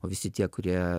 o visi tie kurie